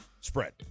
Spread